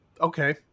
okay